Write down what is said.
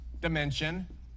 dimension